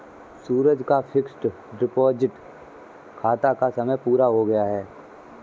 सूरज के fixed deposit खाता का समय पूरा हो गया है